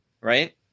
right